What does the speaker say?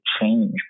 change